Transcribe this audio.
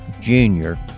junior